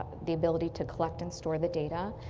the ability to collect and store the data,